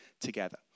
together